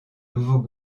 nouveau